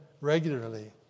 regularly